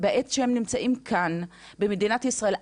בעת שהם נמצאים כאן במדינת ישראל,